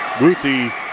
Ruthie